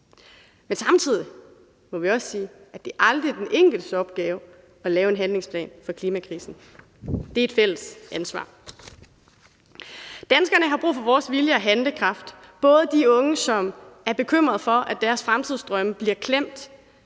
men samtidig må vi også sige, at det aldrig er den enkeltes opgave at lave en handlingsplan for klimakrisen. Det er et fælles ansvar. Danskerne har brug for vores vilje og handlekraft, både de unge, som er bekymrede for, at deres fremtidsdrømme bliver klemt